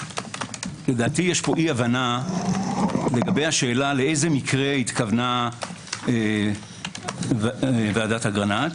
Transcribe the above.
לדעתי יש פה אי הבנה לגבי השאלה לאיזה מקרה התכוונה ועדת אגרנט.